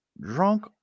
drunk